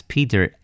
Peter